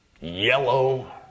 yellow